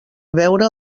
veure